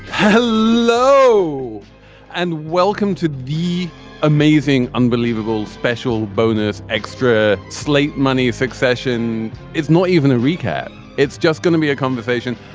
hello and welcome to the amazing unbelievable special bonus extra slate money succession. it's not even a recap. it's just gonna be a conversation.